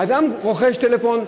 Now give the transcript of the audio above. אדם רוכש טלפון,